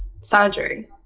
surgery